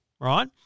right